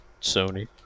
Sony